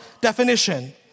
definition